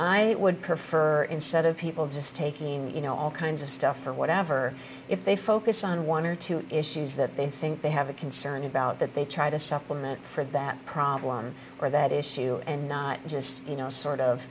i would prefer instead of people just taking you know all kinds of stuff or whatever if they focus on one or two issues that they think they have a concern about that they try to supplement for that problem or that issue and not just you know sort of